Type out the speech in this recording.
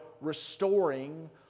restoring